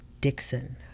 Dixon